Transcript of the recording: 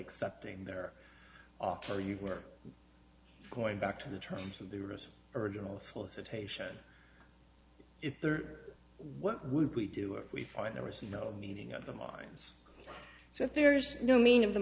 accepting their offer you were going back to the terms of the recent original solicitation if they're what would we do if we find there was no meeting of the minds so if there's no mean of the